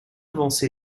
avancé